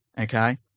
okay